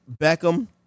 Beckham